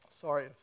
Sorry